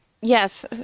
Yes